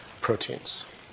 proteins